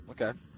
Okay